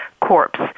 corpse